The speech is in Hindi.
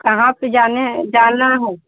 कहाँ पर जाने हैं जाना है